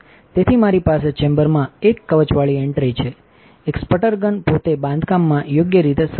તેથી મારી પાસે ચેમ્બરમાં એકકવચવાળીએન્ટ્રી છે એકસ્પટરગન પોતેબાંધકામમાં યોગ્ય રીતે સરળ છે